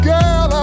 Girl